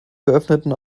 geöffneten